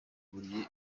buriri